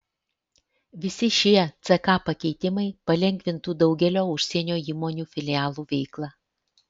visi šie ck pakeitimai palengvintų daugelio užsienio įmonių filialų veiklą